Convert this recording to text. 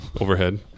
overhead